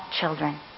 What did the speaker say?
children